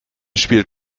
spielt